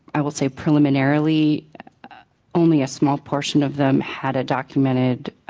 i will say preemilyinarly, only a small portion of them had a documented